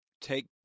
take